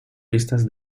pistas